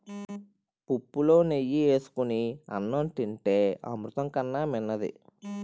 పుప్పులో నెయ్యి ఏసుకొని అన్నం తింతే అమృతం కన్నా మిన్నది